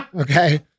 okay